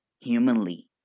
humanly